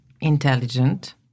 intelligent